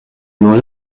mangé